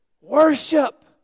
worship